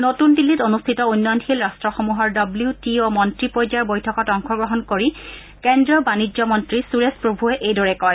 নতুন দিল্লীত অনুষ্ঠিত উন্নয়নশীল ৰাষ্ট্ৰসমূহৰ ডব্লিউ টি অ মন্ত্ৰী পৰ্যায়ৰ বৈঠকত অংশগ্ৰহণ কৰি কেন্দ্ৰীয় বাণিজ্য মন্ত্ৰী সূৰেশ প্ৰভূৱে এইদৰে কয়